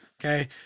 okay